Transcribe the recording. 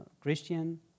Christian